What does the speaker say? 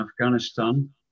Afghanistan